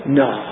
no